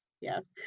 yes